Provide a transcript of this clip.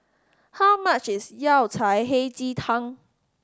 how much is Yao Cai Hei Ji Tang